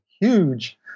huge